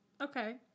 Okay